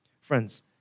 Friends